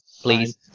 please